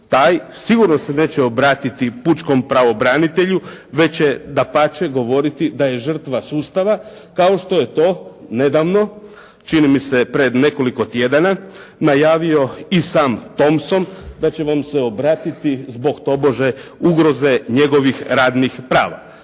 sigurno se neće obratiti pučkom pravobranitelju, već će dapače govoriti da je žrtva sustava, kao što je to nedavno, čini mi se pred nekoliko tjedana najavio i sam Thompson da će vam se obratiti zbog tobože ugroze njegovih radnih prava.